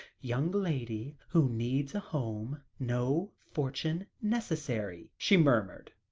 young lady who needs a home no fortune necessary, she murmured.